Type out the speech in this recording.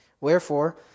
Wherefore